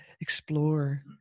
explore